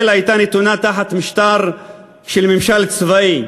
הייתה נתונה תחת משטר של ממשל צבאי.